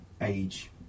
age